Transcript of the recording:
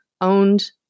owned